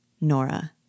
Nora